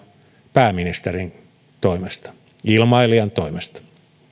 pääministerin toimesta ilmailijan toimesta